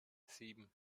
sieben